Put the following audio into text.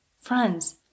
friends